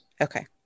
okay